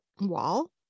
wall